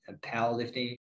powerlifting